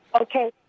okay